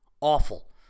awful